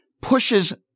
pushes